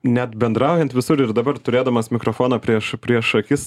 net bendraujant visur ir dabar turėdamas mikrofoną prieš prieš akis